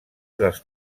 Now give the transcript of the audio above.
dels